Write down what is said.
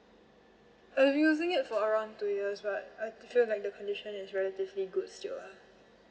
I using it for around two years but I feel like the condition is relatively good still lah